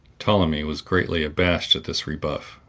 ptolemy was greatly abashed at this rebuff,